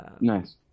Nice